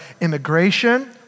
immigration